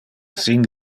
sin